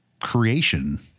creation